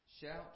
Shout